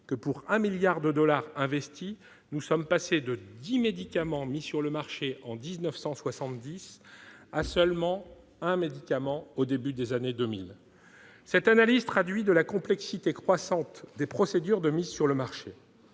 que, pour 1 milliard de dollars investis, nous sommes passés de dix médicaments mis sur le marché en 1970 à un seul au début des années 2000. C'est la conséquence de la complexité croissante des procédures de mise sur le marché.